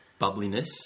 bubbliness